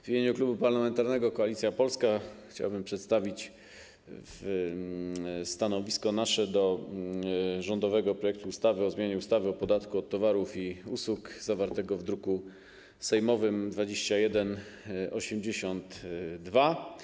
W imieniu Klubu Parlamentarnego Koalicja Polska chciałbym przedstawić nasze stanowisko w sprawie rządowego projektu ustawy o zmianie ustawy o podatku od towarów i usług, zawartego w druku sejmowym nr 2182.